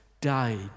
died